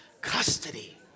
custody